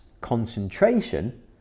concentration